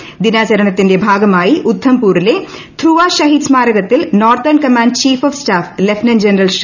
ദിനം ദിനാചാരണത്തിന്റെ ഭാഗമായി ഉദ്ധംപൂരിലെ ധ്രുവ ശഹീദ് സ്മാരകത്തിൽ northern command chief of staff lieutenant general C